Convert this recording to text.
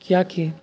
कियाकि